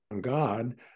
God